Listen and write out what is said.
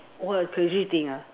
all your crazy thing ah